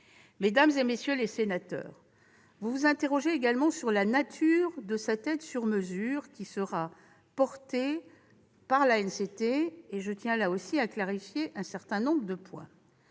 Mesdames, messieurs les sénateurs, vous vous interrogez également sur la nature de cette aide sur mesure qui sera apportée par l'ANCT. Je tiens là aussi à éclairer un certain nombre de points.